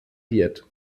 wird